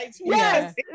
yes